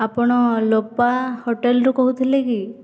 ଆପଣ ଲୋପା ହୋଟେଲରୁ କହୁଥିଲେ କି